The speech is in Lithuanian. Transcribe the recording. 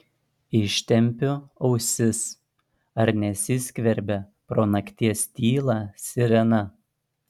ištempiu ausis ar nesiskverbia pro nakties tylą sirena